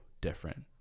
different